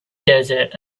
desert